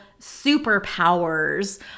superpowers